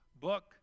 book